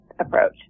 approach